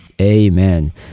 Amen